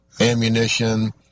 ammunition